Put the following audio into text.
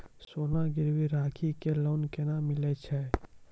सोना गिरवी राखी कऽ लोन केना मिलै छै?